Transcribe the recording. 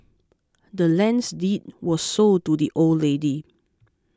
the land's deed were sold to the old lady